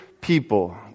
people